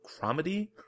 Comedy